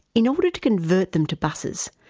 in order to convert them to buses,